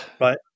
right